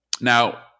Now